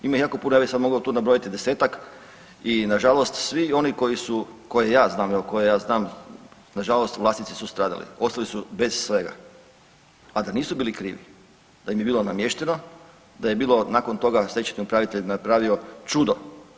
Ima ih jako puno, ja bih sad mogao tu nabrojiti 10-ak i nažalost svi oni koji su, koje ja znam, jel koje ja znam, nažalost vlasnici su stradali ostali su bez svega, a da nisu bili krivi, da im je bilo namješteno, da je bilo nakon stečajni upravitelj napravio čudo.